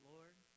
Lord